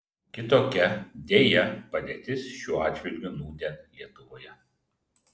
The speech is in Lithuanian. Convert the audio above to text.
kitokia deja padėtis šiuo atžvilgiu nūdien lietuvoje